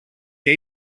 και